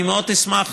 אני מאוד אשמח